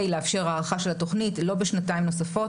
לאפשר הארכה של התוכנית לא בשנתיים נוספת,